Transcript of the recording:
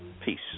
Peace